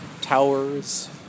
towers